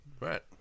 Right